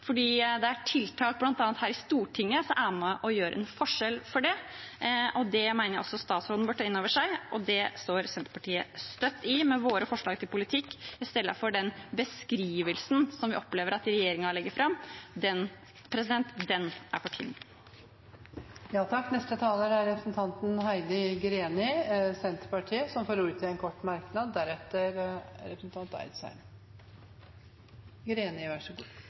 fordi det er tiltak bl.a. her i Stortinget som er med på å gjøre en forskjell for det. Det mener jeg også statsråden bør ta inn over seg, og det står Senterpartiet støtt i, med våre forslag til politikk – i stedet for den beskrivelsen som vi opplever at regjeringen legger fram. Den er for tynn. Representanten Heidi Greni har hatt ordet to ganger og får ordet til en kort merknad,